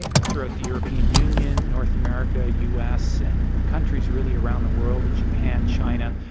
throughout the european union, north america, us, and countries really around the world, japan, china,